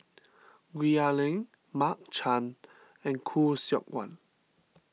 Gwee Ah Leng Mark Chan and Khoo Seok Wan